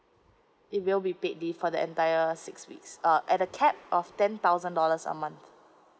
it will be paid leave for the entire six weeks uh at the cap of ten thousand dollars a month